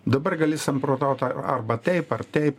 dabar gali samprotaut arba taip ar taip